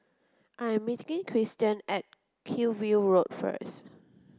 I'm meeting Kirsten at Hillview Road first